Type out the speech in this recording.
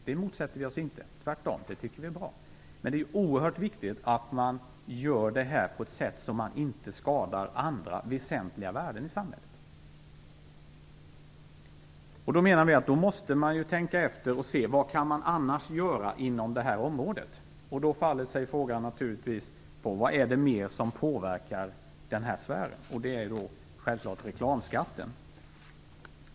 Det motsätter vi oss inte, tvärtom tycker vi att det är bra. Men det är oerhört viktigt att man gör detta på ett sådant sätt att man inte skadar andra väsentliga värden i samhället. Då måste man se efter om det finns annat man kan göra. Då faller sig frågan naturlig: Vad är det mer som påverkar den här sfären? Det är självklart reklamskatten.